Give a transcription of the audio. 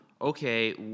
okay